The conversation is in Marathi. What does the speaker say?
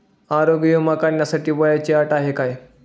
आरोग्य विमा काढण्यासाठी वयाची अट काय आहे?